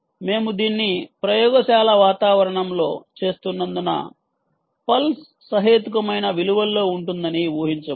మేము దీన్ని ప్రయోగశాల వాతావరణంలో చేస్తున్నందున పల్స్ సహేతుకమైన విలువల్లో ఉంటుందని ఊహించము